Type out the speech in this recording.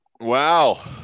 Wow